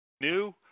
new